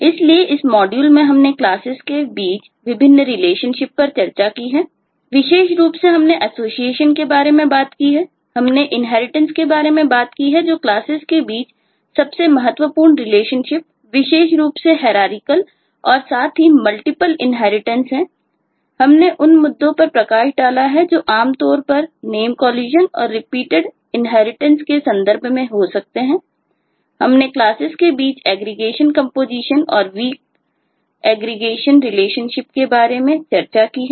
इसलिए इस मॉड्यूल में हमने क्लासेस के बारे में चर्चा की है